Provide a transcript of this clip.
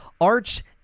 Arch